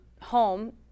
home